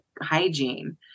hygiene